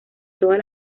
todas